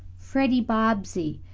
freddie bobbsey.